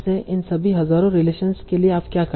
इन सभी हजार रिलेशनस के लिए आप क्या करते हैं